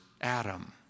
Adam